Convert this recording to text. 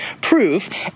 proof